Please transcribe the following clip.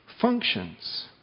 functions